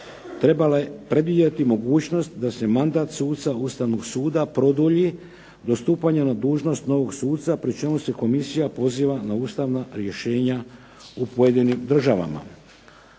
trebale predvidjeti mogućnost da se mandat suca Ustavnog suda produlji do stupanja na dužnost novog suca pri čemu se komisija poziva na ustavna rješenja u pojedinim državama.